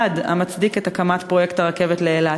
המצדיק את הקמת פרויקט הרכבת לאילת.